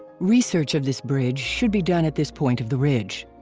research of this bridge should be done at this point of the ridge.